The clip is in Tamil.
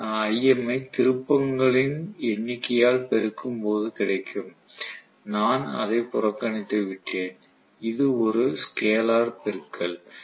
5Im ஐ திருப்பங்களின் எண்ணிக்கையால் பெருக்கும் போது கிடைக்கும் நான் அதை ஒரு புறக்கணித்துவிட்டேன் இது ஒரு ஸ்கேலார் பெருக்கல்